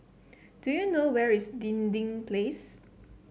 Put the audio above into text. do you know where is Dinding Place